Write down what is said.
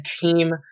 team